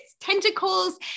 tentacles